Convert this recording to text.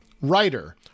writer